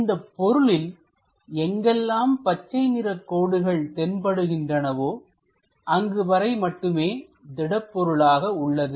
இந்தப் பொருளில் எங்கெல்லாம் பச்சை நிற கோடுகள் தென்படுகின்றனவோ அங்கு வரை மட்டுமே திடப்பொருளாக உள்ளது